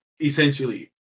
essentially